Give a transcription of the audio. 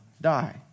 die